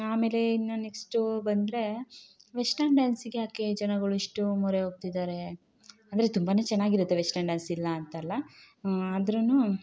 ಆಮೇಲೆ ಇನ್ನು ನೆಕ್ಸ್ಟು ಬಂದರೆ ವೆಸ್ಟರ್ನ್ ಡ್ಯಾನ್ಸಿಗೆ ಯಾಕೆ ಜನಗಳು ಇಷ್ಟು ಮೊರೆ ಹೋಗ್ತಿದ್ದಾರೆ ಅಂದರೆ ತುಂಬನೆ ಚೆನ್ನಾಗಿರುತ್ತೆ ವೆಸ್ಟರ್ನ್ ಡ್ಯಾನ್ಸ್ ಇಲ್ಲ ಅಂತಲ್ಲ ಆದ್ರೂ